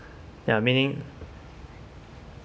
ya many